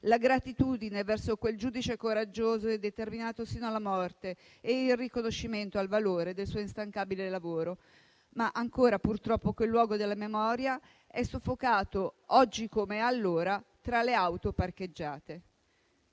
la gratitudine verso quel giudice coraggioso e determinato sino alla morte e il riconoscimento al valore del suo instancabile lavoro. Ma ancora, purtroppo, quel luogo della memoria è soffocato, oggi come allora, tra le auto parcheggiate.